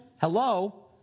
Hello